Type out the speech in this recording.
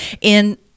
in-